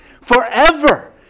forever